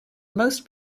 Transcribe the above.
most